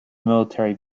military